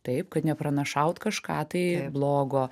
taip kad nepranašaut kažką tai blogo